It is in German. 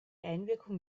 einwirkung